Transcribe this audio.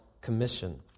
commission